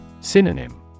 Synonym